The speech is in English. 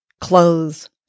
clothes